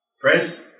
friends